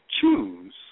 choose